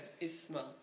Ismail